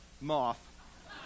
moth